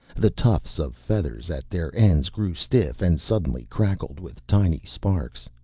the tufts of feathers at their ends grew stiff and suddenly crackled with tiny sparks.